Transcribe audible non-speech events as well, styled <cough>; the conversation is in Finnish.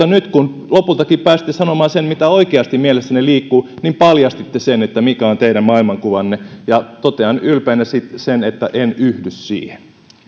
<unintelligible> nyt kun lopultakin pääsitte sanomaan sen mitä oikeasti mielessänne liikkuu paljastitte sen mikä on teidän maailmankuvanne ja totean ylpeänä että en yhdy siihen